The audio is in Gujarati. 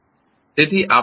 તેથી આપણે શું કરીશું